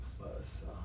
plus